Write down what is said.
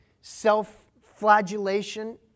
self-flagellation